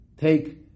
take